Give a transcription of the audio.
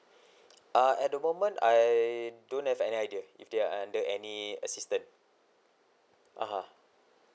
uh at the moment I don't have any idea if they are under any assistant (uh huh)